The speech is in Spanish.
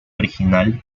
original